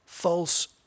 false